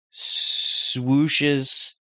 swooshes